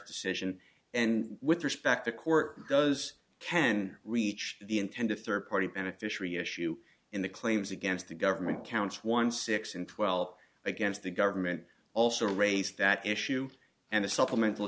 decision and with respect the court does ken reach the intended third party beneficiary issue in the claims against the government counts one six and twelve against the government also raise that issue and a supplemental